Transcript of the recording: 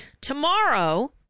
Tomorrow